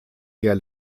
der